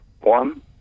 One